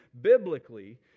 biblically